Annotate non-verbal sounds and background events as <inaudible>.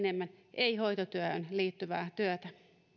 <unintelligible> enemmän ei hoitotyöhön liittyvää työtä